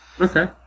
Okay